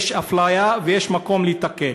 יש אפליה ויש מקום לתקן,